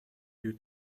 due